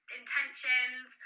intentions